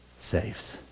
saves